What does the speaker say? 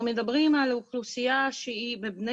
אנחנו מדברים על אוכלוסייה שבבני